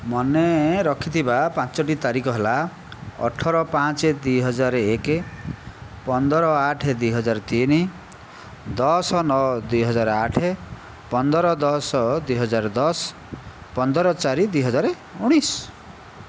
ମନେ ରଖିଥିବା ପାଞ୍ଚଟି ତାରିଖ ହେଲା ଅଠର ପାଞ୍ଚ ଦୁଇହଜାର ଏକ ପନ୍ଦର ଆଠ ଦୁଇହଜାର ତିନି ଦଶ ନଅ ଦୁଇହଜାର ଆଠ ପନ୍ଦର ଦଶ ଦୁଇହଜାର ଦଶ ପନ୍ଦର ଚାରି ଦୁଇହଜାର ଉଣେଇଶ